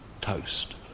toast